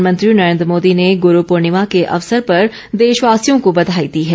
प्रधानमंत्री नरेंद्र मोदी ने गुरु पूर्णिमा के अवसर पर देशवासियों को बधाई दी है